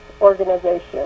organization